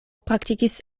praktikis